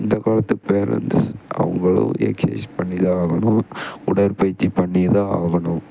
இந்த காலத்து பேரன்ட்ஸ் அவங்களும் எஸ்ஸைஸ் பண்ணி தான் ஆகணும் உடற்பயிற்சி பண்ணி தான் ஆகணும்